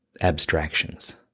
abstractions